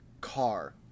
Car